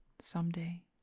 someday